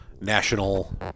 national